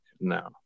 no